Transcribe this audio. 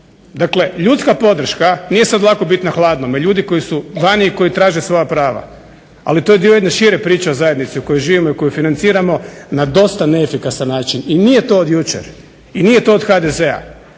Dakle, ljudska podrška nije sad lako bit na hladnome. Ljudi koji su vani i koji traže svoja prava, ali to je dio jedne šire priče o zajednici u kojoj živimo i koju financiramo na dosta neefikasan način i nije to od jučer i nije to od HDZ-a.